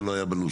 שלא היה בנוסח.